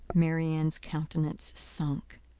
marianne's countenance sunk.